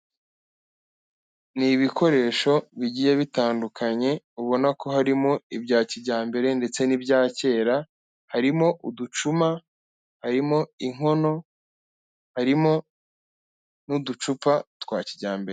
Ni ibikoresho bigiye bitandukanye, ubona ko harimo ibya kijyambere ndetse n'ibya kera, harimo uducuma, harimo inkono, harimo n'uducupa twa kijyambere.